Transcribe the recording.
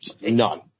None